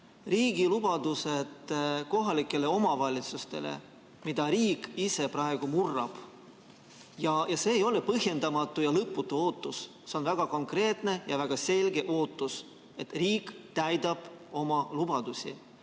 riigi lubadused kohalikele omavalitsustele, mida riik praegu murrab. See ei ole põhjendamatu ja lõputu ootus, see on väga konkreetne ja väga selge ootus, et riik täidab oma lubadusi.